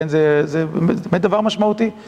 זה באמת דבר משמעותי.